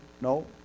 no